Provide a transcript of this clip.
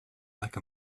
like